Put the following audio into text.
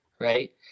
Right